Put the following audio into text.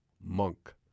Monk